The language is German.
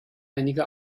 einige